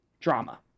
drama